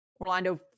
Orlando